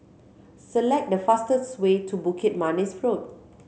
select the fastest way to Bukit Manis Road